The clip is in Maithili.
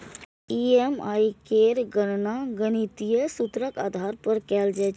ई.एम.आई केर गणना गणितीय सूत्रक आधार पर कैल जाइ छै